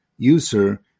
User